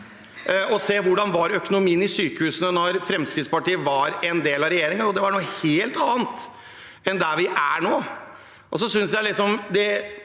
se på hvordan økonomien i sykehusene var da Fremskrittspartiet var en del av regjeringen. Det var noe helt annet enn der vi er nå.